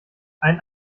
ein